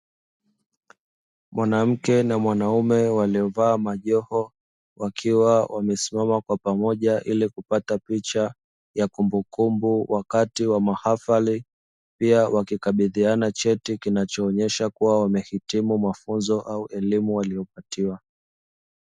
Mwanamke na mwanaume waliovaa majoho, wakiwa wamesimama kwa pamoja ili kupata picha ya kumbukumbu katika mahafali. Pia wakikabidhiana cheti kinachoonesha kua wamehitimu mafunzo au elimu waliyopatiwa.